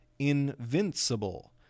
Invincible